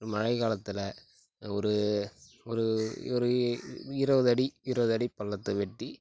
மழை காலத்தில் ஒரு ஒரு ஒரு இருபதடி இருபதடி பள்ளத்தை வெட்டி